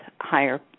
higher